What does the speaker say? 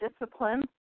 discipline